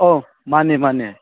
ꯑꯣ ꯃꯥꯅꯦ ꯃꯥꯅꯦ